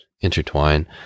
intertwine